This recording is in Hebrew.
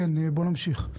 בואו נמשיך.